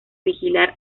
vigilar